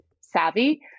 savvy